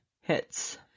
hits